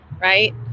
right